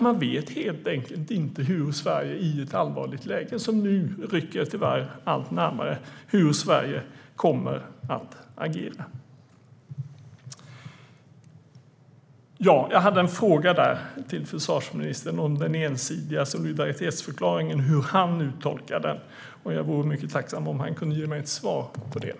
Man vet helt enkelt inte hur Sverige i ett allvarligt läge, som nu tyvärr rycker allt närmare, kommer att agera. Jag hade en fråga till försvarsministern om hur försvarsministern uttolkar den ensidiga solidaritetsförklaringen, och jag vore mycket tacksam om han kunde ge mig ett svar på den.